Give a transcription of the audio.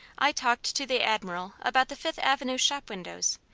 i talked to the admiral about the fifth avenue shopwindows,